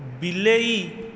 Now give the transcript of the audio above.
ବିଲେଇ